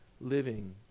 living